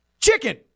Chicken